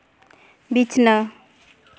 ᱵᱤᱪᱷᱱᱟᱹ